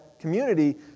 community